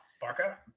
Barca